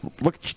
Look